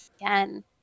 again